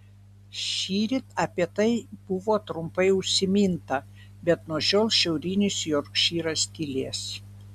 šįryt apie tai buvo trumpai užsiminta bet nuo šiol šiaurinis jorkšyras tylės